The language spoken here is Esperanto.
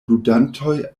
ludantoj